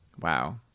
Wow